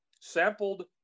sampled